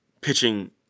pitching